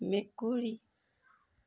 মেকুৰী